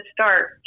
start